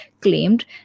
claimed